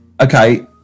Okay